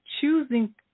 choosing